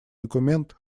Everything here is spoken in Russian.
документ